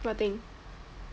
what thing